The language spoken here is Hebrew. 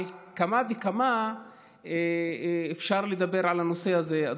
על אחת כמה וכמה אפשר לדבר על הנושא הזה,